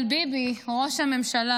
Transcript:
אבל ביבי, ראש הממשלה,